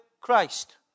Christ